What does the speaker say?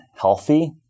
healthy